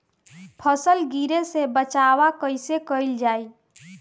फसल गिरे से बचावा कैईसे कईल जाई?